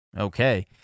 Okay